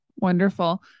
Wonderful